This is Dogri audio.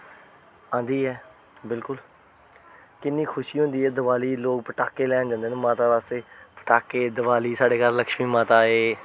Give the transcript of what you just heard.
आंदी ऐ बिलकुल किन्नी खुशी होंदी दिवाली ई लोग पटाखे लैन जंदे न माता वास्तै पटाखे दवाली साढ़े घर लक्ष्मी माता आए